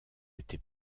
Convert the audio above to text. était